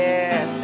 Yes